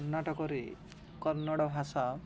କର୍ଣ୍ଣାଟକରେ କନ୍ନଡ଼ ଭାଷା